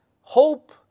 Hope